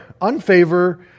unfavor